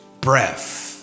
breath